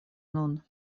nun